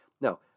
Now